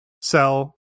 sell